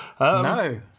No